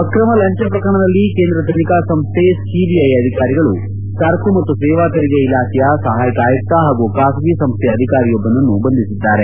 ಅಕ್ರಮ ಲಂಚ ಪ್ರಕರಣದಲ್ಲಿ ಕೇಂದ್ರ ತನಿಖಾ ಸಂಸ್ಥೆ ಸಿಬಿಐ ಅಧಿಕಾರಿಗಳು ಸರಕು ಮತ್ತು ಸೇವಾ ತೆರಿಗೆ ಇಲಾಖೆಯ ಸಹಾಯಕ ಆಯುಕ್ತ ಹಾಗೂ ಖಾಸಗಿ ಸಂಸ್ಥೆಯ ಅಧಿಕಾರಿಯೊಬ್ಲನನ್ನು ಬಂಧಿಸಿದ್ದಾರೆ